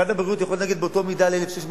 משרד הבריאות יכול להתנגד באותה מידה ל-1,600